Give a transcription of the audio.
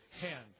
hand